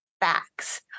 facts